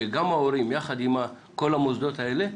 שגם ההורים, יחד עם כל המוסדות האלה,